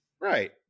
right